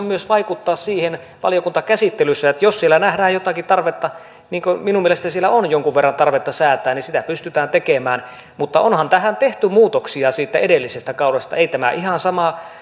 myös vaikuttaa valiokuntakäsittelyssä siihen että jos siellä nähdään jotakin tarvetta niin kuin minun mielestäni siellä on jonkun verran tarvetta säätää niin sitä pystytään tekemään mutta onhan tähän tehty muutoksia siitä edellisestä kaudesta ei tämä ihan